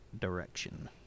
direction